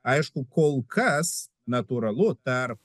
aišku kol kas natūralu tarp